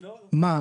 מה,